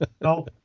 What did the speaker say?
No